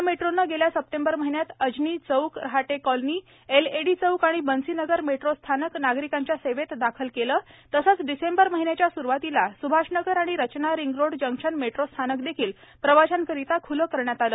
महामेट्रोने गेल्या सप्टेंबर महिन्यात अजनी चौक रहाटे कॉलनी एलएडी चौक आणि बंसी नगर मेट्रो स्थानक नागरिकांच्या सेवेत दाखल केले तसेच डिसेंबर महिन्याच्या स्रुवातीला सुभाष नगर आणि रचना रिंगरोड जंक्शन मेट्रो स्थानक देखील प्रवाशांकरिता खूले करण्यात आले